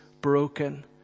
broken